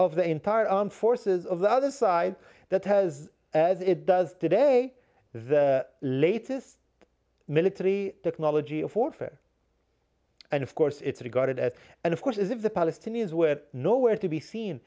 of the entire armed forces of the other side that has as it does today the latest military technology of warfare and of course it's regarded at and of course as if the palestinians were nowhere to be seen